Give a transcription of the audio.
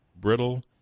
brittle